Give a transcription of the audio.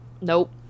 Nope